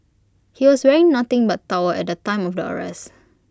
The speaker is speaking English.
he was wearing nothing but towel at the time of the arrest